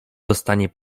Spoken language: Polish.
dostanie